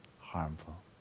harmful